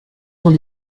sont